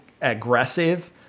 aggressive